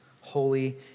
holy